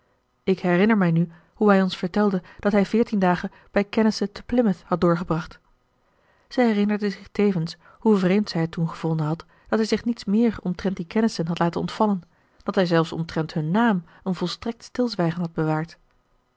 ik herinner mij nu hoe hij ons vertelde dat hij veertien dagen bij kennissen te plymouth had doorgebracht zij herinnerde zich tevens hoe vreemd zij het toen gevonden had dat hij zich niets meer omtrent die kennissen had laten ontvallen dat hij zelfs omtrent hun naam een volstrekt stilzwijgen had bewaard